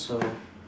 so